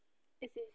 أسۍ ٲسۍ